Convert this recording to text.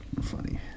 funny